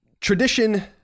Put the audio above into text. tradition